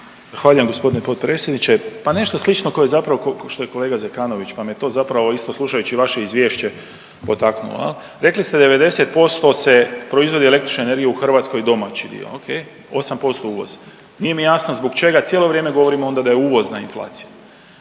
Zahvaljujem g. potpredsjedniče. Pa nešto slično što je zapravo što je kolega Zekanović pa me to zapravo isto slušajući vaše izvješće potaknulo. Rekli ste 90% se proizvodi električne energije u Hrvatskoj domaći dio ok, 8% uvoz, nije mi jasno zbog čega cijelo vrijeme govorimo onda da je uvozna inflacija?